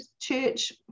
church